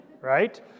Right